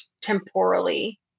temporally